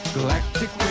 Galactic